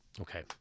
Okay